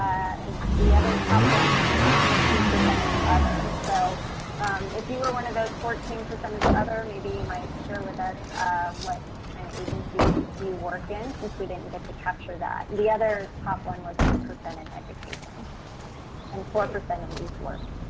and the other top one is fourteen percent is other. so if you were one of those fourteen percent as other, maybe you might share with us what kind of agency you work in since we didn't get to capture that. the other top one was eight percent in education and four percent in youth work.